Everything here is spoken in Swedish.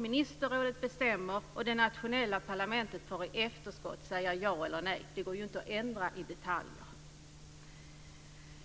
Ministerrådet bestämmer, och det nationella parlamentet får i efterskott säga ja eller nej. Det går ju inte att ändra i detaljer.